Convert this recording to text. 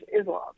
Islam